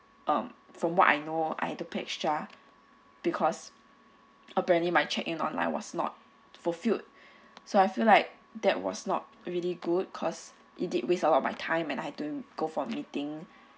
um from what I know I had to pay extra because apparently my check in online was not fulfilled so I feel like that was not really good cause it did waste a lot of my time and I had to go for meeting